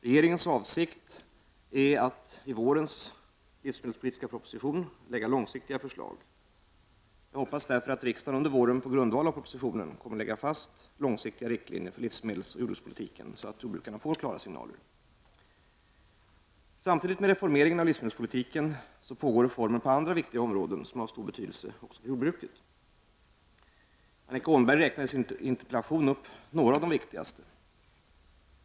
Regeringens avsikt är att i vårens livsmedelspolitiska proposition lägga långsiktiga förslag. Jag hoppas därför att riksdagen under våren på grundval av propositionen kommer att lägga fast långsiktiga riktlinjer för livsmedelsoch jordbrukspolitiken så att jordbrukarna får klara signaler. Samtidigt med reformeringen av livsmedelspolitiken pågår reformer på andra viktiga områden som har stor betydelse också för jordbruket. Annika Åhnberg räknar i sin interpellation upp några av de viktigaste.